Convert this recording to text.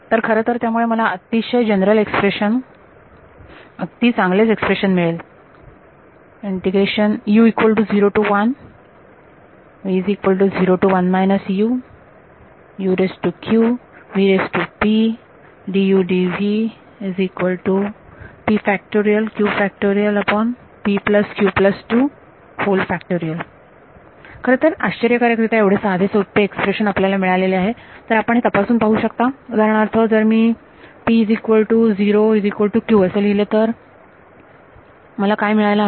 तर खरतर त्यामुळे मला अतिशय जनरल एक्सप्रेशन अशाप्रकारे चांगलेच एक्सप्रेशन मिळेल खरतर आश्चर्यकारकरीत्या एवढे सोपे साधे एक्सप्रेशन आपल्याला मिळालेले आहे तर आपण हे तपासून पाहू शकता उदाहरणार्थ जर मी p0q लिहिल तर मला काय मिळायला हव